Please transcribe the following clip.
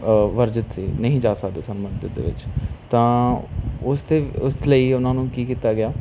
ਵਰਜਿਤ ਸੀ ਨਹੀਂ ਜਾ ਸਕਦੇ ਸਨ ਮੰਦਿਰ ਦੇ ਵਿੱਚ ਤਾਂ ਉਸਦੇ ਉਸ ਲਈ ਉਨ੍ਹਾਂ ਨੂੰ ਕੀ ਕੀਤਾ ਗਿਆ